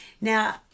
Now